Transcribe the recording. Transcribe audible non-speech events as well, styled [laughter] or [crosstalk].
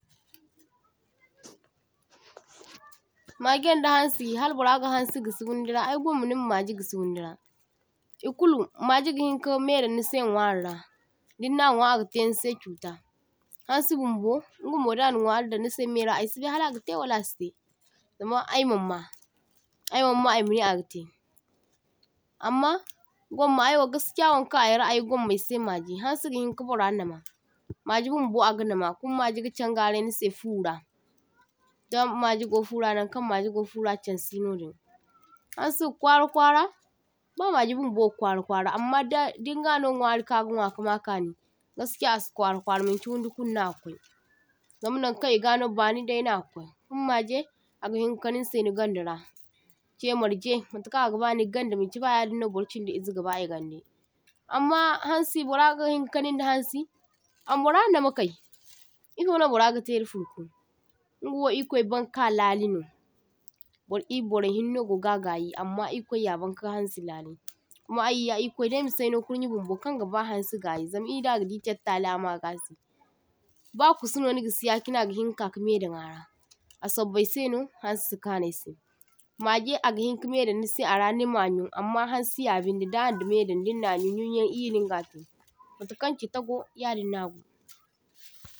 [noise] toh – toh Mageŋ da hansi hal bara ga hansi gisi windira ai gumma nima maje gisi windira ikulu maje gi hinka me daŋ nise nwari ra dinna nwa aga te nise chuta, hansi bumbo inga mo da na nwari dan nise mera aisi bai hala aga te wali asite, zama ai maŋ ma, ai maŋ ma imane aga te, amma gumma aiwo daskiya wankaŋ ai ra’ayi gomma aise mage, hansi ga hinka bara nama, mage bumbo aga nama kuma mage ga chan garai nise fura, danŋ mage go fura nankaŋ mage go fura chaŋ si no diŋ. Hansi ga kwara kwara ba maje bumbo ga kwara kwara amma da diŋ ga no nwari kaŋ aga nwa ka ma ka ni gaskiya asi kwara kwara manchi wundi kul naga kwai, zam nan kaŋ iga no bani dai na ga kwai. Kuma mage aga hinka kanin se ni gandara che marje matekaŋ aga bani gandde machi ba yadiŋ no bar chindi ize ga ba igande, amma hansi bora ga hiŋ kaniŋ da hansi, am bara nama kai ifono bara gate da furku, ingawo irkwai ban ka lali no, bar ibarai hinna no goga gayi amma irkwai ya banka hansi lali. Kuma ayya irkwai dai masai no kurnye bumbo kaŋ gaba hansi gayi zan ida gadi char tali a maga se, ba kusuno ni gisi ya chine aga hinka me daŋ ara, a sobbai seno hansi si kano aise, mage aga hinka me dan nise ara nima yuŋ amma hansi ya binde da’ana me daŋ dinna yun yunyaŋ iyye nigga yuŋ matakaŋ chitta go yadin nago. [noise]